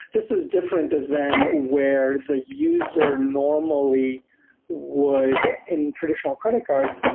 this is different than where the user normally would in traditional credit cards,